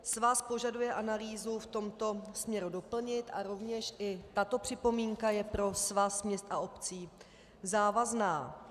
Svaz požaduje analýzu v tomto směru doplnit a rovněž i tato připomínka je pro Svaz měst a obcí závazná.